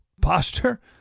posture